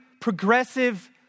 progressive